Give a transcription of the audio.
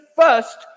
first